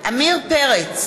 עמיר פרץ,